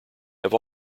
have